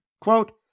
Quote